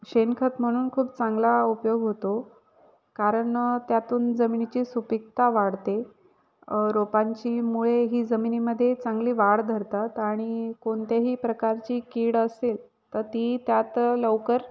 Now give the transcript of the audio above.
शेणखत म्हणून खूप चांगला उपयोग होतो कारण त्यातून जमिनीची सुपीकता वाढते रोपांची मुळे ही जमिनीमध्ये चांगली वाढ धरतात आणि कोणत्याही प्रकारची कीड असेल तर ती त्यात लवकर